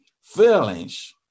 feelings